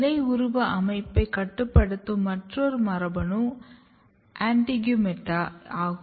இலை உருவ அமைப்பைக் கட்டுப்படுதும் மற்றொரு மரபணு AINTEGUMETA ஆகும்